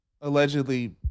allegedly